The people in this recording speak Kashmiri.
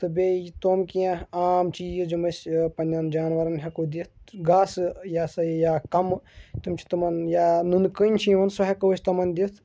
تہٕ بیٚیہِ تِم کینٛہہ عام چیٖز یِم أسۍ پنٛنٮ۪ن جاناوارَن ہٮ۪کو دِتھ گاسہٕ یہِ ہَسا یہِ یا کَمہٕ تِم چھِ تِمَن یا نُنہٕ کٕنۍ چھِ یِوان سُہ ہٮ۪کو أسۍ تِمَن دِتھ